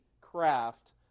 craft